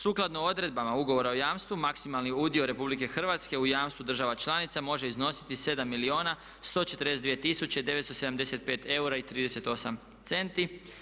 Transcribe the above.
Sukladno odredbama ugovora o jamstvu maksimalni udio RH u jamstvu država članica može iznositi 7 milijuna 142 tisuće 975 eura i 38 centi.